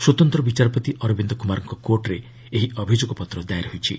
ସ୍ୱତନ୍ତ୍ର ବିଚାରପତି ଅରବିନ୍ଦ କୁମାରଙ୍କ କୋର୍ଟରେ ଏହି ଅଭିଯୋଗପତ୍ର ଦାଏର୍ ହୋଇଛି